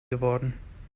geworden